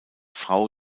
frau